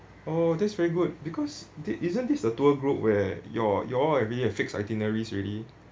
oh that's very good because did isn't this a tour group where you all you all already have a fixed itineraries already